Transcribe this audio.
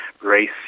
race